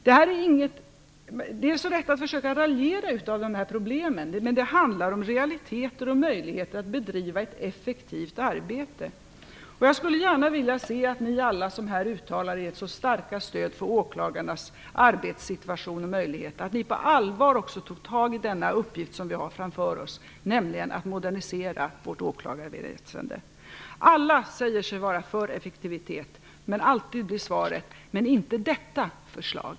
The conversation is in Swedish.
Det är så lätt att försöka raljera om de här problemen, men det handlar om realiteter och möjligheter att bedriva ett effektivt arbete. Jag skulle gärna vilja se att ni alla som här uttalar ert så starka stöd för åklagarnas arbetssituation och möjligheter på allvar också tar tag i den uppgift som vi har framför oss, nämligen att modernisera vårt åklagarväsende. Alla säger sig vara för effektivitet, men alltid blir svaret: Men inte detta förslag.